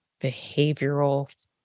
behavioral